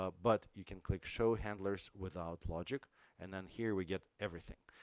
ah but you can click show handlers without logic and then here we get everything.